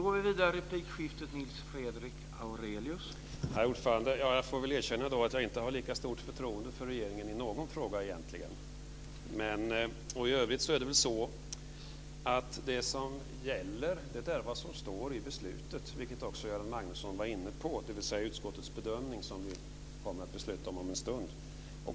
Herr talman! Jag får väl erkänna att jag inte har lika stort förtroende för regeringen i någon fråga egentligen. Vad som gäller är det som står i beslutet, vilket också Göran Magnusson var inne på, dvs. utskottets bedömning som vi kommer att fatta beslut om en stund.